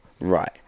right